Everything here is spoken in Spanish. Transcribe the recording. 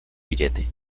billete